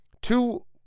two